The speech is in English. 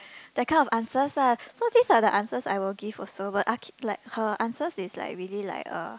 that kind of answers ah so these are the answers I will give also but I k~ like her answers is like really like uh